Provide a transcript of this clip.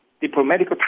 diplomatic